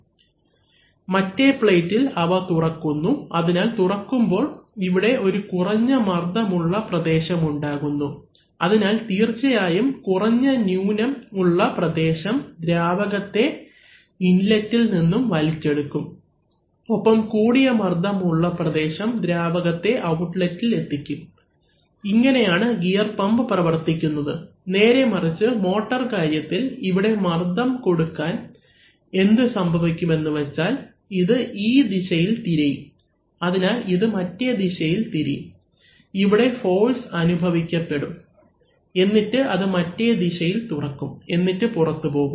മറ്റേ പ്ലേറ്റിൽ അവ തുറക്കുന്നു അതിനാൽ തുറക്കുമ്പോൾ ഇവിടെ ഒരു കുറഞ്ഞ മർദ്ദം ഉള്ള പ്രദേശം ഉണ്ടാകുന്നു അതിനാൽ തീർച്ചയായും കുറഞ്ഞ ന്യൂനം ഉള്ള പ്രദേശം ദ്രാവകത്തെ ഇൻലെറ്റിൽ നിന്നും വലിച്ചെടുക്കും ഒപ്പം കൂടിയ മർദ്ദം ഉള്ള പ്രദേശം ദ്രാവകത്തെ ഔട്ട്ലെറ്റിൽ എത്തിക്കും ഇങ്ങനെയാണ് ഗിയർ പമ്പ് പ്രവർത്തിക്കുന്നത് നേരെമറിച്ച് മോട്ടോർ കാര്യത്തിൽ ഇവിടെ മർദ്ദം കൊടുക്കാൻ എന്ത് സംഭവിക്കും എന്നുവച്ചാൽ ഇത് ഈ ദിശയിൽ തിരിയും അതിനാൽ ഇത് മറ്റേ ദിശയിൽ തിരിയും ഇവിടെ ഫോഴ്സ് അനുഭവിക്കപെടും എന്നിട്ട് അത് മറ്റേ ദിശയിൽ തുറക്കും എന്നിട്ട് പുറത്തുപോകും